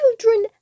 children